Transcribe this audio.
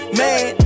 man